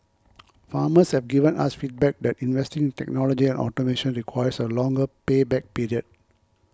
farmers have given us feedback that investing in technology and automation requires a longer pay back period